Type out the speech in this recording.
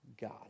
God